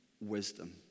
wisdom